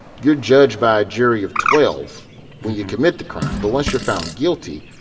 you're judged by a jury of twelve when you commit the crime. but once you're found guilty,